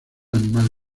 animal